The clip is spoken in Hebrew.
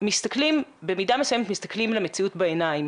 שבמידה מסוימת מסתכלים למציאות בעיניים